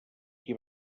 qui